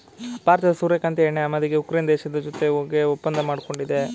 ಭಾರತದ ಸೂರ್ಯಕಾಂತಿ ಎಣ್ಣೆ ಆಮದಿಗೆ ಉಕ್ರೇನ್ ದೇಶದ ಜೊತೆಗೆ ಒಪ್ಪಂದ ಮಾಡ್ಕೊಂಡಿದೆ